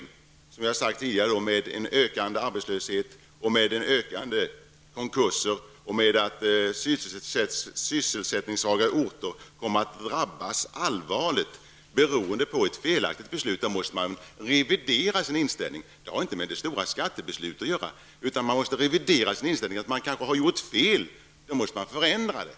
Detta kommer att leda till, vilket jag tidigare sade, en ökande arbetslöshet, ett ökat antal konkurser och att sysselsättningssvaga orter kommer att drabbas allvarligt, allt detta beroende på ett felaktigt beslut. Man måste då revidera sin inställning, och det har inte med det stora skattebeslutet att göra. Om man ser att man kanske har gjort fel måste man göra en förändring.